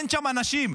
אין שם אנשים.